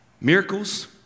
miracles